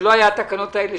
אלה לא היו התקנות האלה,